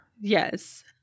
Yes